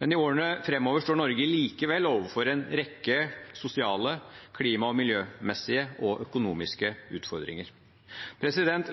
Men i årene framover står Norge likevel overfor en rekke sosiale, klima- og miljømessige og økonomiske utfordringer.